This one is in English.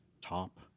top